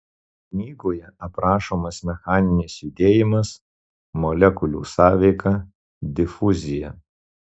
knygoje aprašomas mechaninis judėjimas molekulių sąveika difuzija